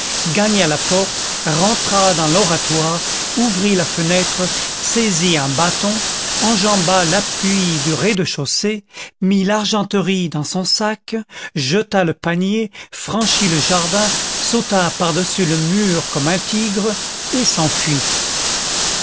gagna la porte rentra dans l'oratoire ouvrit la fenêtre saisit un bâton enjamba l'appui du rez-de-chaussée mit l'argenterie dans son sac jeta le panier franchit le jardin sauta par-dessus le mur comme un tigre et s'enfuit